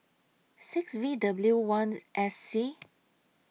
six V W one S C